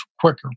quicker